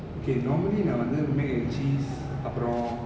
okay normally நா வந்து:na vanthu mac and cheese அப்புறம்:appuram